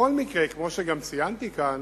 בכל מקרה, כמו שגם ציינתי כאן,